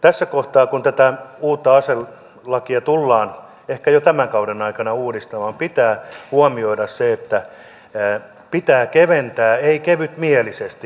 tässä kohtaa kun tätä uutta aselakia tullaan ehkä jo tämän kauden aikana uudistamaan pitää huomioida se että pitää keventää mutta ei kevytmielisesti